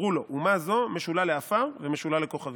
"אמרו לו: אומה זו משולה לעפר ומשולה לכוכבים,